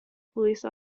police